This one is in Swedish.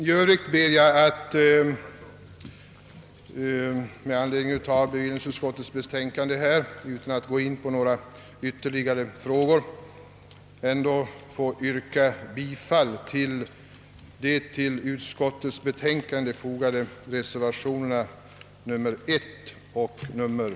I övrigt ber jag att med anledning av bevillningsutskottets betänkande nr 2, utan att gå in på några ytterligare frågor, få yrka bifall till de till betänkandet fogade reservationerna 1 och 3.